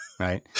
Right